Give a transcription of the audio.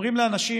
אומרים לאנשים: